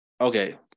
Okay